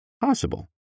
possible